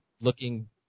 looking